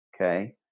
okay